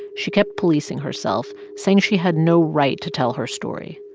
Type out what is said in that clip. she kept policing herself, saying she had no right to tell her story.